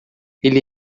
ele